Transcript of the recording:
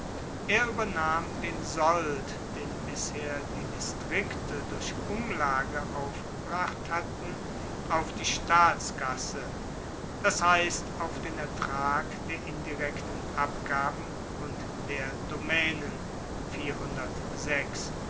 er uebernahm den sold den bisher die distrikte durch umlage aufgebracht hatten auf die staatskasse das heisst auf den ertrag der indirekten abgaben und der domaenen